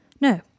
No